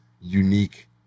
unique